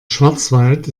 schwarzwald